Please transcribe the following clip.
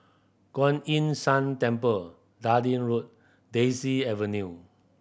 Kuan Yin San Temple Dundee Road Daisy Avenue